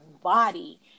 body